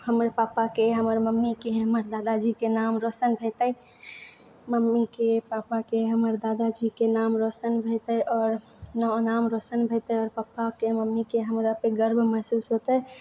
हमर पापाके हमर मम्मीके हमर दादा जीके नाम रौशन हेतै मम्मीके पापाके हमर दादा जीके नाम रौशन हेतै और नाम रौशन हेतै और पापाके मम्मीके हमरा पे गर्व महसूस होतै